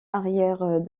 arrière